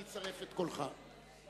אני אצרף את קולך,